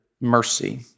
mercy